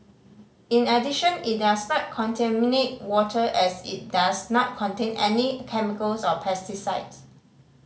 in addition it does not contaminate water as it does not contain any chemicals or pesticides